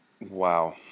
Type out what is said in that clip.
Wow